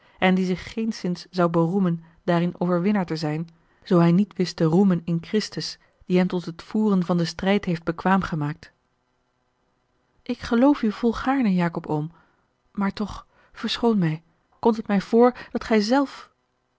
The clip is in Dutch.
en die zich geenszins zou beroemen daarin overwinnaar te zijn zoo hij niet wist te roemen in christus die hem tot het voeren van den strijd heeft bekwaam gemaakt ik geloof u volgaarne jacob oom maar toch verschoon mij komt het mij voor dat gij zelf